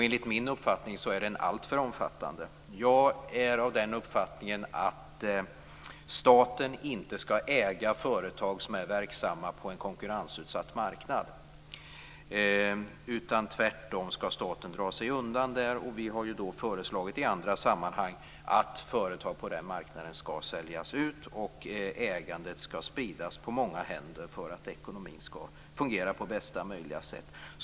Enligt min mening är den alltför omfattande. Jag menar att staten inte skall äga företag som är verksamma på en konkurrensutsatt marknad. Tvärtom skall staten dra sig undan där. Vi har i andra sammanhang föreslagit att företag på den marknaden skall säljas ut och ägandet spridas på många händer för att ekonomin skall fungera på bästa möjliga sätt.